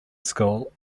school